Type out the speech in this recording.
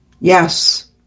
Yes